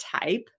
type